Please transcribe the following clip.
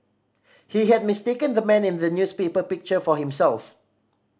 he had mistaken the man in the newspaper picture for himself